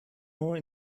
more